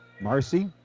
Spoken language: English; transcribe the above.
Marcy